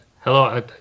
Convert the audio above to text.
Hello